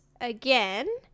again